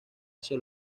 hacia